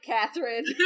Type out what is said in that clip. Catherine